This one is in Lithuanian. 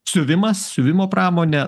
siuvimas siuvimo pramonė